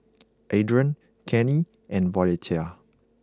Adrain Kenny and Violetta